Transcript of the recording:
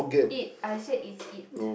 eat I said it's eat